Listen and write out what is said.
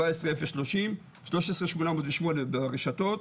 13,808 ברשתות,